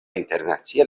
internacia